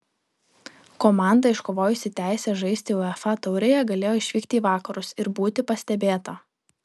komanda iškovojusi teisę žaisti uefa taurėje galėjo išvykti į vakarus ir būti pastebėta